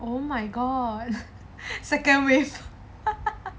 oh my god second race